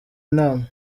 inama